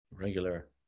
Regular